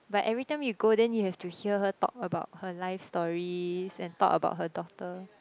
but every time you go then you have to hear her talk about her life stories and talk about her daughter